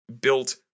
built